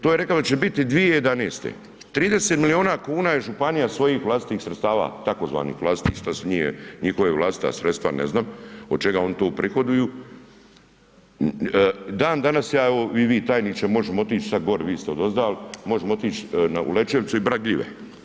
To je rekao da će biti 2011., 30 miliona kuna je županija svojih vlastitih sredstava tzv. vlastitih to su nije njihova vlastita sredstva, ne znam od čega oni to uprihoduju, dan danas ja evo i vi tajniče možemo otići sad gori vi ste odozdal možemo otići u Lećevicu i brat gljive.